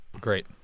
great